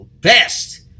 best